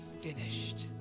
finished